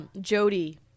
jody